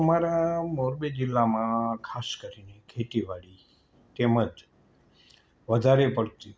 અમારા મોરબી જિલ્લામાં અં ખાસ કરીને ખેતીવાડી તેમજ વધારે પડતું